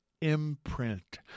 imprint